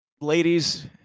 Ladies